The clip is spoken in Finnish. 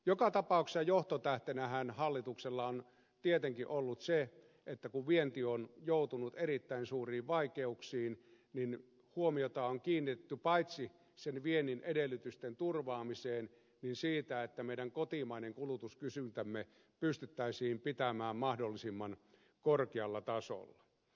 joka tapauksessa johtotähtenähän hallituksella on tietenkin ollut se että kun vienti on joutunut erittäin suuriin vaikeuksiin niin huomiota on kiinnitetty paitsi sen viennin edellytysten turvaamiseen myös siihen että meidän kotimainen kulutuskysyntämme pystyttäisiin pitämään mahdollisimman korkealla tasolla